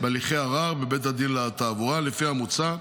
בהליכי ערר בבית הדין לתעבורה, לפי המוצע.